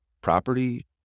property